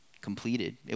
completed